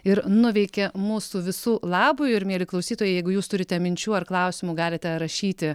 ir nuveikė mūsų visų labui ir mieli klausytojai jeigu jūs turite minčių ar klausimų galite rašyti